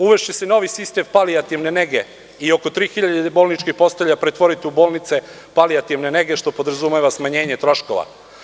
Uvešće se novi sistem palijativne nege i oko 3.000 bolničkih postelja pretvoriti u bolnice palijativne nege, što podrazumeva smanjenje troškova.